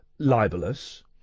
libelous